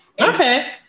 Okay